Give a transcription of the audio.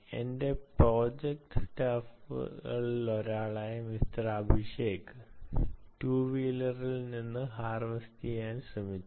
എന്റെ പ്രോജക്ട് സ്റ്റാഫുകളിലൊരാളായ മിസ്റ്റർ അഭിഷേക് 2 വീലറിൽ നിന്ന് ഹാർവെസ്റ് ചെയ്യാൻ ശ്രമിച്ചു